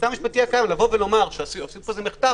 אבל לומר שהסעיף הזה נחטף,